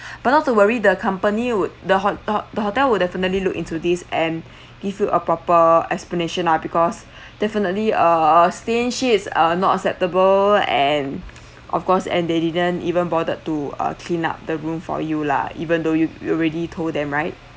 but not to worry the company would the ho~ ho~ the hotel would definitely look into this and give you a proper explanation lah because definitely uh stained sheets are not acceptable and of course and they didn't even bother to uh clean up the room for you lah even though you you already told them right